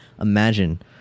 imagine